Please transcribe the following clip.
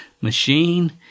machine